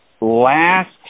last